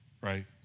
right